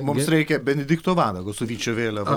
mums reikia benedikto vanago su vyčio vėliava